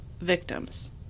victims